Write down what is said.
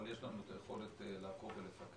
אבל יש לנו את היכולת לעקוב ולפקח.